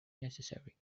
necessary